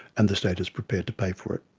and the state is prepared to pay for it.